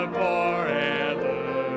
forever